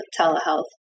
telehealth